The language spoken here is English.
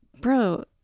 bro